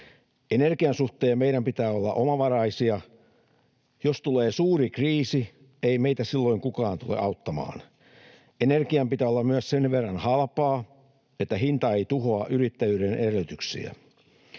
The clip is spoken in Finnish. Energian suhteen meidän pitää olla omavaraisia. Jos tulee suuri kriisi, ei meitä silloin kukaan tule auttamaan. Energian pitää olla myös sen verran halpaa, että hinta ei tuhoa yrittäjyyden edellytyksiä.